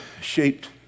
shaped